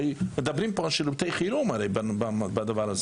הרי מדברים פה על שירותי חירום, שירותי חירום.